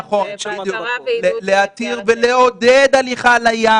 נכון, להתיר ולעודד הליכה לים.